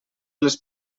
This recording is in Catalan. les